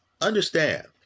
understand